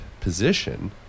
position